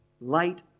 Light